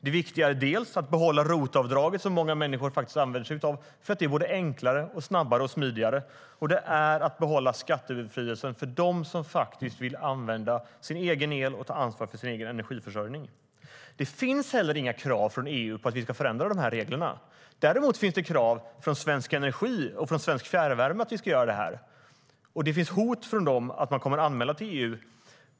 Det viktiga är dels att behålla ROT-avdraget, som många människor använder sig av för att det är enklare, snabbare och smidigare, dels att behålla skattebefrielsen för dem som vill använda sin egen el och ta ansvar för sin egen energiförsörjning. Det finns heller inga krav från EU på att vi ska förändra reglerna. Däremot finns det krav på det från Svensk Energi och Svensk Fjärrvärme. Det finns hot från dem om anmälan till EU.